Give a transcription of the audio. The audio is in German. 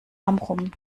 amrum